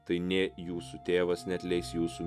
tai nė jūsų tėvas neatleis jūsų